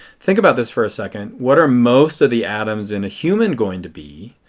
think about this for a second, what are most of the atoms in a human going to be?